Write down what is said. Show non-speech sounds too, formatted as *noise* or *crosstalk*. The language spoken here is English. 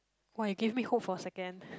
!wah! you give me hope for a second *breath*